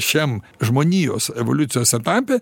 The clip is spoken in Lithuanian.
šiam žmonijos evoliucijos etape